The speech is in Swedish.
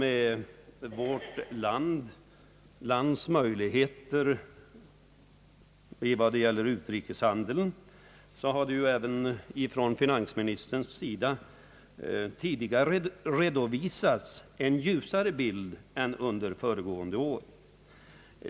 I fråga om utrikeshandeln har finansministern tidigare i år redovisat en ljusare bild än under föregående år.